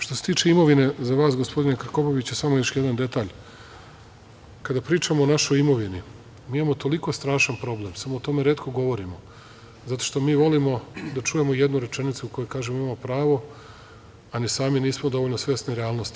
Što se tiče imovine, za vas gospodine Krkobabiću, samo još jedan detalj, kada pričamo o našoj imovini, mi imamo toliko strašan problem, samo o tome retko govorimo, zato što mi volimo da čujemo jednu rečenicu, koja kaže, imamo pravo, a ni sami nismo dovoljno svesni realnosti.